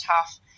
tough